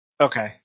Okay